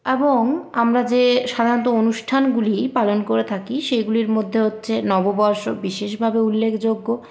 এবং আমারা যে সাধারণত অনুষ্ঠানগুলি পালন করে থাকি সেগুলির মধ্যে হচ্ছে নববর্ষ বিশেষভাবে উল্লেখযোগ্য